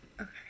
Okay